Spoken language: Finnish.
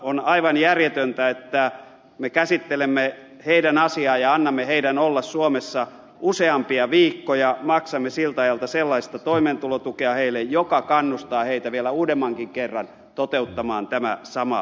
on aivan järjetöntä että me käsittelemme heidän asiaansa ja annamme heidän olla suomessa useampia viikkoja maksamme siltä ajalta sellaista toimeentulotukea heille joka kannustaa heitä vielä uudemmankin kerran toteuttamaan tämän saman operaation